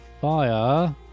fire